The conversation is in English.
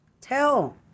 Tell